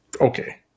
okay